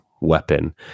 weapon